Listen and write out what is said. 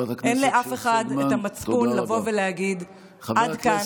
אין לאף אחד את המצפון לבוא ולהגיד: עד כאן,